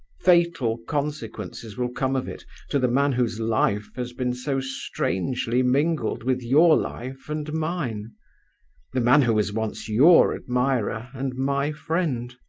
fatal consequences will come of it to the man whose life has been so strangely mingled with your life and mine the man who was once your admirer and my friend.